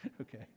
Okay